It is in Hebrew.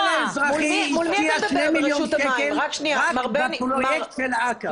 המינהל האזרחי השקיע שני מיליון שקל רק בפרויקט של עקר.